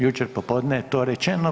Jučer popodne je to rečeno.